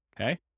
Okay